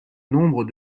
nombre